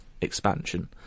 expansion